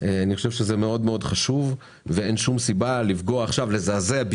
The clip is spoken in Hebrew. אני חושב שזה חשוב ואין סיבה לזעזע,